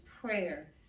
prayer